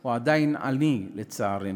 הוא עדיין עני, לצערנו.